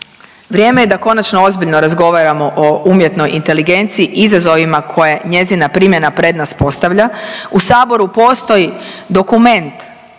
vrijeme je da konačno ozbiljno razgovaramo o umjetnoj inteligenciji izazovima koje njezina primjena pred nas podstavlja. U Saboru postoji dokument